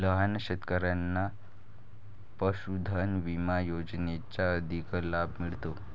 लहान शेतकऱ्यांना पशुधन विमा योजनेचा अधिक लाभ मिळतो